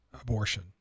abortion